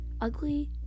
ugly